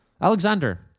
Alexander